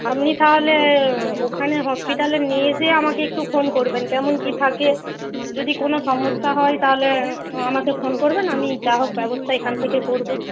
আপনি তাহলে ওখানে হসপিটালে নিয়ে যেয়ে আমাকে একটু ফোন করবেন কেমন কী থাকে যদি কোনো সমস্যা হয় তাহলে আমাকে ফোন করবেন আমি যা হোক ব্যবস্থা এখান থেকে করব